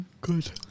Good